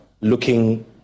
looking